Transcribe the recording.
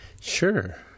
sure